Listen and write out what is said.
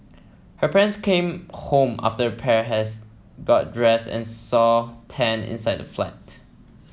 her parents came home after the pair has got dressed and saw Tan inside the flat